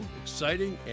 exciting